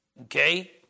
okay